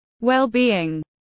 well-being